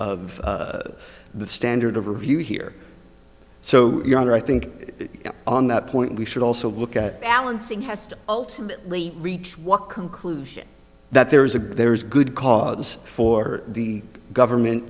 the standard of review here so your honor i think on that point we should also look at balancing has to ultimately reach what conclusion that there is a there is good cause for the government